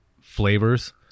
flavors